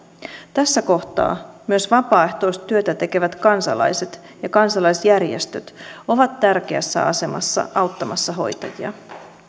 tässä kohtaa myös vapaaehtoistyötä tekevät kansalaiset ja kansalaisjärjestöt ovat tärkeässä asemassa auttamassa hoitajia